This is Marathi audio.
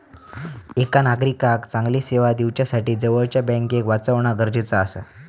एका नागरिकाक चांगली सेवा दिवच्यासाठी जवळच्या बँकेक वाचवणा गरजेचा आसा